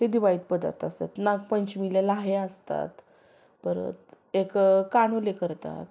हे दिवाळीत पदार्थ असतात नागपंचमीला लाह्या असतात परत एक कानुले करतात